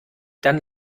dann